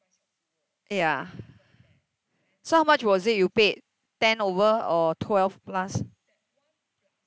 ya so how much was it you paid ten over or twelve plus